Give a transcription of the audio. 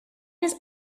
his